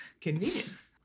Convenience